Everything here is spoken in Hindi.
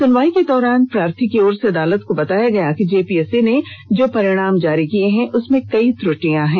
सुनाई के दौरान प्रार्थी की ओर से अदालत को बताया गया कि जेपीएससी ने जो परिणाम जारी किये हैं उसमें कई त्रटियां हैं